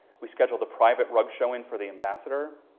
we scheduled a private rug showing for the ambassador